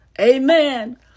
Amen